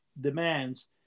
demands